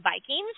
Vikings